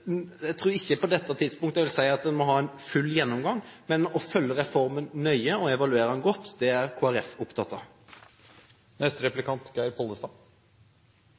si at en må ha en full gjennomgang. Men å følge reformen nøye og evaluere den godt er Kristelig Folkeparti opptatt av.